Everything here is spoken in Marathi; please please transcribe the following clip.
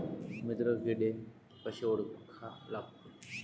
मित्र किडे कशे ओळखा लागते?